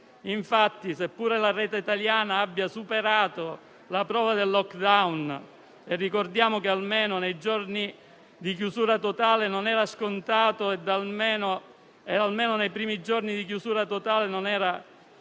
Paese. Seppure la rete italiana abbia superato la prova del *lockdown* - ricordiamo che nei giorni di chiusura totale non era scontato